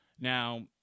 Now